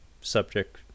subject